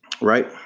right